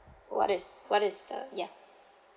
what is what is the ya